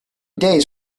days